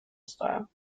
style